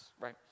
right